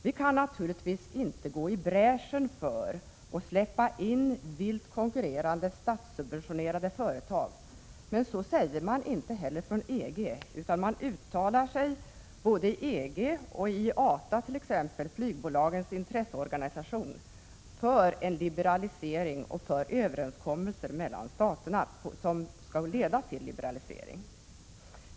Vi kan naturligtvis inte gå i bräschen för att släppa in vilt konkurrerande statssubventionerade flygföretag, men så säger man inte heller från EG, utan både EG och t.ex. IATA, flygbolagens intresseorganisation, uttalar sig för liberalisering på jämbördiga villkor och för överenskommelser mellan staterna som skall leda till liberalisering.